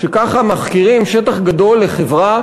שככה מחכירים שטח גדול לחברה,